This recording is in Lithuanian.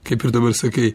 kaip ir dabar sakei